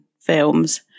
films